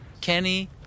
Kenny